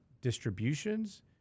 distributions